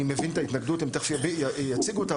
אני מבין את ההתנגדות והם תכף יציגו אותה,